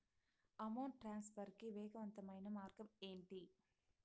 amount transfer కి వేగవంతమైన మార్గం ఏంటి